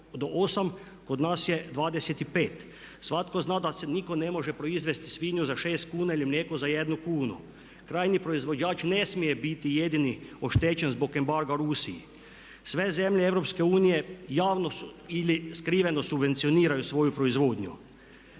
kod nas je 25%. Svatko zna da nitko ne može proizvesti svinju za 6 kuna ili mlijeko za 1 kunu. Krajnji proizvođač ne smije biti jedini oštećen zbog embarga Rusiji. Sve zemlje EU javno ili skriveno subvencioniraju svoju proizvodnju.